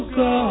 go